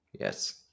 Yes